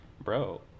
bro